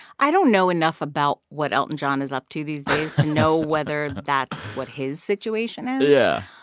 i don't know enough about what elton john is up to these know whether that's what his situation is. yeah